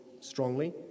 strongly